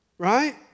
Right